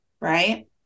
right